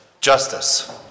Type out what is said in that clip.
justice